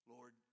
Lord